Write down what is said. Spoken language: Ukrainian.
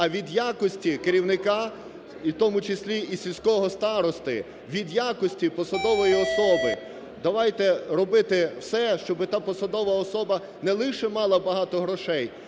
а від якості керівника і в тому числі і сільського старости, від якості посадової особи. Давайте робити все, щоби та посадова особа не лише мала багато грошей,